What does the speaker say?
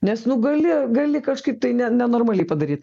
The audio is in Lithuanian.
nes nu gali gali kažkaip tai ne nenormaliai padaryt